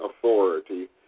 authority